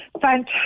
Fantastic